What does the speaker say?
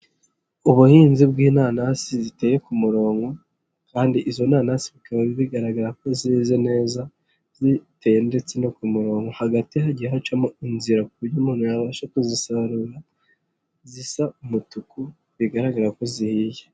Ubuhinzi bw'inanasi ziteye ku muronko kandi izo nanasi bikaba bigaragara ko zeze neza, ziteye ndetse no ku muronko hagati hagiye hacamo inzira ku buryo umuntu yabasha kuzisarura zisa umutuku bigaragara ko zihiye.